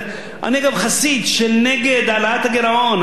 אני גם חסיד של נגד העלאת הגירעון.